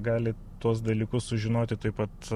gali tuos dalykus sužinoti taip pat